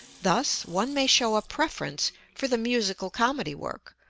thus one may show a preference for the musical comedy work,